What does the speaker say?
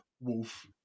wolf